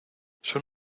son